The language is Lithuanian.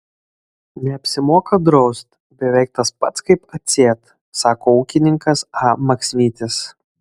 neapsimoka draust beveik tas pats kaip atsėt sako ūkininkas a maksvytis